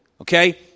Okay